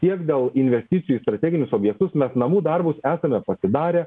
tiek dėl investicijų į strateginius objektus mes namų darbus esame pasidarę